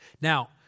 Now